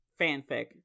fanfic